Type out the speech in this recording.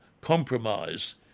compromise